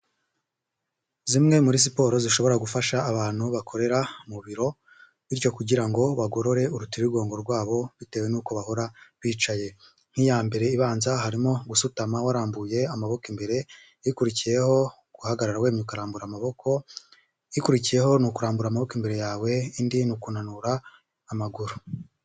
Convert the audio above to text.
Zimwe muri siporo zishobora gufasha abantu bakorera mu biro, bityo kugira ngo bagorore urutirigongo rwabo bitewe n'uko bahora bicaye. Nk'iya mbere ibanza harimo gusutama warambuye amaboko imbere, ikurikiyeho guhagarara wemye ukarambura amaboko, ikurikiyeho ni ukurambura amaboko imbere yawe, indi ni ukunanura amaguru.